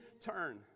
turn